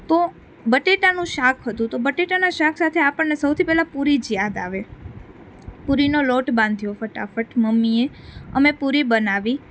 તો બટાટાનું શાક હતું તો બટાટાનાં શાક સાથે આપણને સૌથી પહેલાં પૂરી જ યાદ આવે પુરીનો લોટ બાંધ્યો ફટાફટ મમ્મીએ અમે પૂરી બનાવી